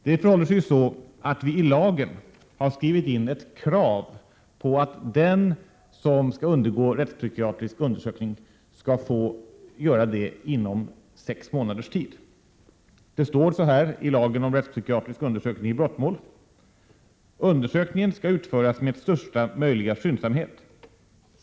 Det förhåller sig ju så att vi i lagen har skrivit in ett krav på att den som skall undergå rättspsykiatrisk undersökning skall få göra det inom sex månaders tid. Det står så här i lagen om rättspsykiatrisk undersökning i brottmål: ”Undersökningen skall utföras med största möjliga skyndsamhet.